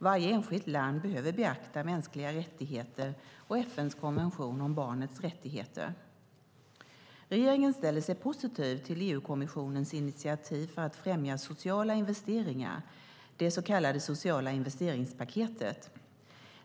Varje enskilt land behöver beakta mänskliga rättigheter och FN:s konvention om barnets rättigheter. Regeringen ställer sig positiv till EU-kommissionens initiativ för att främja sociala investeringar, det så kallade sociala investeringspaketet.